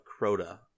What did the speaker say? Crota